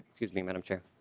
excuse me mme. and um chair?